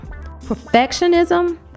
perfectionism